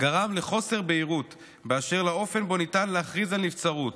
גרם לחוסר בהירות באשר לאופן שבו ניתן להכריז על נבצרות,